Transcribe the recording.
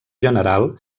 general